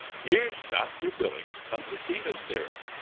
here's dr. billings come to see miss derrick.